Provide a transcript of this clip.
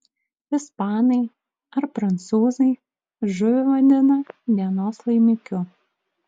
ispanai ar prancūzai žuvį vadina dienos laimikiu